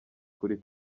kuri